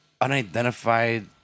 Unidentified